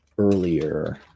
Earlier